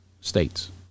states